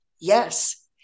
Yes